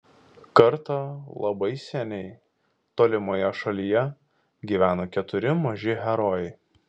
kartą labai seniai tolimoje šalyje gyveno keturi maži herojai